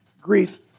Greece